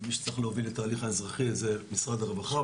מי שצריך להוביל את ההליך האזרחי זה משרד הרווחה,